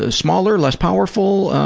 ah smaller, less powerful,